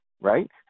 right